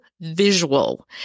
visual